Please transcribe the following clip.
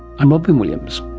i'm robyn williams